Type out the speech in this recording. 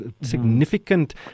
significant